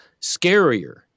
scarier